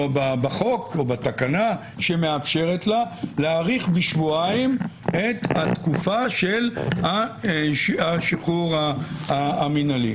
בחוק או בתקנה שמאפשרת לה להאריך בשבועיים את התקופה של השחרור המינהלי.